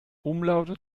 umlaute